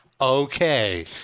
Okay